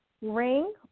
ring